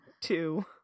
two